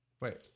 Wait